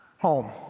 Home